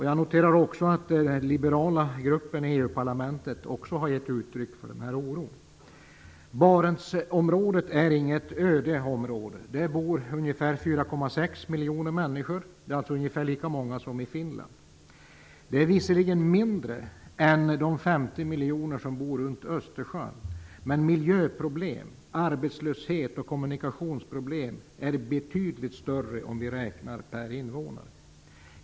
Jag noterar att även den liberala gruppen i EU parlamentet har givit uttryck för en sådan oro. Barentsområdet är inget öde område. Där bor ungefär 4,6 miljoner människor. Det är alltså ungefär lika många som i Finland. Det är visserligen mindre än de 50 miljoner som bor runt Östersjön, men miljöproblem, arbetslöshet och kommunikationsproblem är betydligt större om vi räknar per invånare.